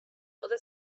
other